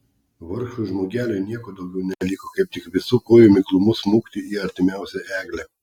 vargšui žmogeliui nieko daugiau neliko kaip tik visu kojų miklumu smukti į artimiausią eglę